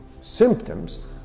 Symptoms